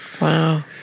Wow